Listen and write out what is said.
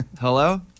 hello